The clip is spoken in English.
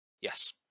yes